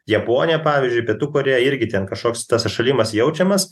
japonija pavyzdžiui pietų korėja irgi ten kažkoks tas atšalimas jaučiamas